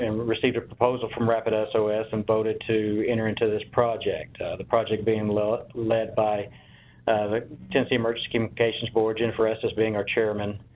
um received a proposal from rapidsos so and voted to enter into this project, the project being led led by tennessee emergency communications board, jennifer estes being our chairman,